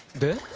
the